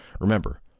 Remember